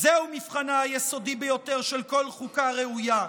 זהו מבחנה היסודי ביותר של כל חוקה ראויה,